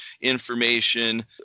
information